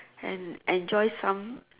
and enjoy some